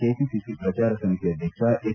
KPCC ಪ್ರಜಾರ ಸಮಿತಿ ಅಧ್ಯಕ್ಷ ಎಚ್